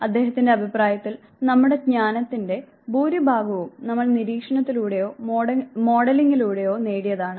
അദ്ദേഹത്തിന്റെ അഭിപ്രായത്തിൽ നമ്മുടെ ജ്ഞാനത്തിന്റെ ഭൂരിഭാഗവും നമ്മൾ നിരീക്ഷണത്തിലൂടെയോ മോഡലിംഗിലൂടെയോ നേടിയതാണ്